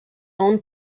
own